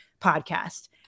podcast